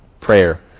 prayer